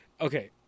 Okay